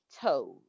toes